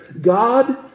God